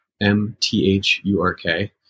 M-T-H-U-R-K